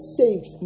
saved